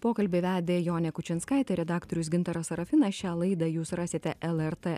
pokalbį vedė jonė kučinskaitė redaktorius gintaras serafinas šią laidą jūs rasite lrt